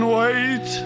wait